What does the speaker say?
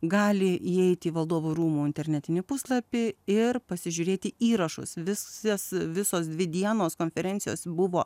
gali įeiti į valdovų rūmų internetinį puslapį ir pasižiūrėti įrašus visas visos dvi dienos konferencijos buvo